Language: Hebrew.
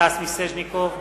סטס מיסז'ניקוב,